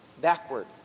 backward